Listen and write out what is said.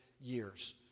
years